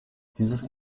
dieses